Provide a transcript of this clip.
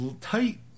tight